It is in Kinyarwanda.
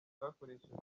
bwakoreshejwe